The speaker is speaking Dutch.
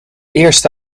eerste